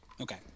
Okay